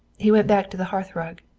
he went back to the hearthrug.